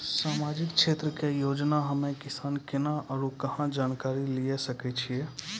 समाजिक क्षेत्र के योजना हम्मे किसान केना आरू कहाँ जानकारी लिये सकय छियै?